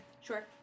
Sure